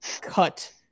cut